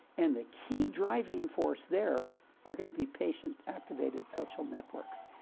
and the key driving force there are going to be patient-activated social networks.